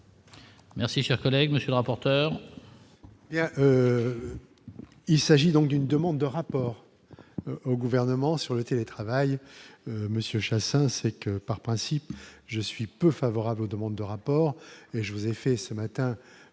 Merci, chers collègues, monsieur le rapporteur.